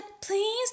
please